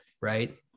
right